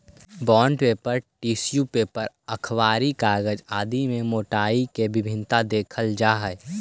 bond paper, tissue paper, अखबारी कागज आदि में मोटाई के भिन्नता देखल जा हई